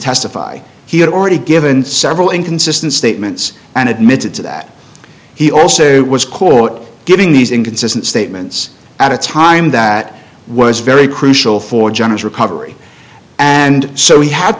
testify he had already given several inconsistent statements and admitted to that he also was court giving these inconsistent statements at a time that was very crucial for janet recovery and so we had